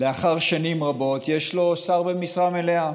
לאחר שנים רבות, יש לו שר במשרה מלאה,